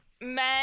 men